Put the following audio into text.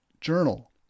Journal